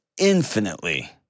infinitely